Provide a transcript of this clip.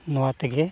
ᱱᱚᱣᱟ ᱛᱮᱜᱮ